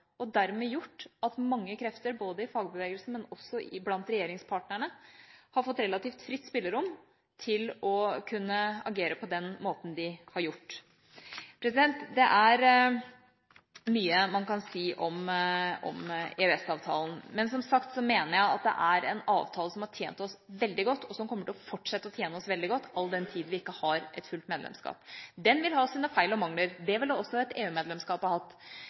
og dermed gjort at mange krefter både i fagbevegelsen og blant regjeringspartnerne har fått relativt fritt spillerom til å kunne agere på den måten de har gjort. Det er mye man kan si om EØS-avtalen. Som sagt mener jeg det er en avtale som har tjent oss veldig godt, og som kommer til å fortsette å tjene oss veldig godt all den tid vi ikke har et fullt medlemskap. Den vil ha sine feil og mangler. Det ville også et EU-medlemskap ha hatt.